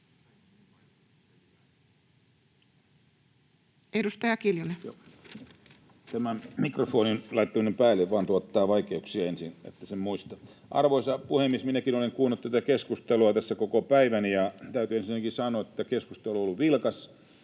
Content: Tämä mikrofonin laittaminen päälle vain tuottaa vaikeuksia ensin, että sen muistaa. Arvoisa puhemies! Minäkin olen kuunnellut tätä keskustelua tässä koko päivän, ja täytyy ensinnäkin sanoa, että keskustelu on ollut vilkas